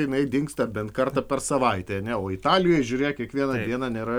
jinai dingsta bent kartą per savaitę ane o italijoj žiūrėk kiekvieną dieną nėra